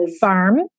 farm